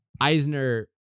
Eisner